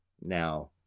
Now